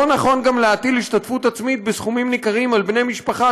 לא נכון גם להטיל השתתפות עצמית בסכומים ניכרים על בני משפחה,